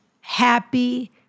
happy